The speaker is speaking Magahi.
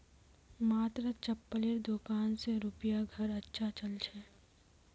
मात्र चप्पलेर दुकान स रूपार घर अच्छा चल छ